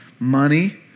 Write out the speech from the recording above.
money